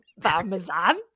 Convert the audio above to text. parmesan